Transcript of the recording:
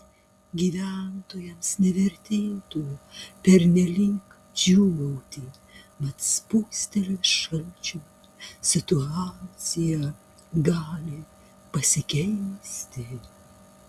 gyventojams nevertėtų pernelyg džiūgauti mat spustelėjus šalčiui situacija gali pasikeisti